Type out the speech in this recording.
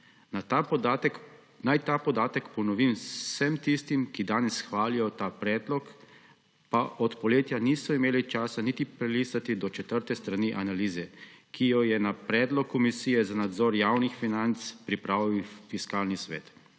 Naj ta podatek ponovim vsem tistim, ki danes hvalijo ta predlog, pa od poletja niso imeli časa niti prelistati do 4. strani analize, ki jo je na predlog Komisije za nadzor javnih financ pripravil Fiskalni svet